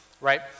right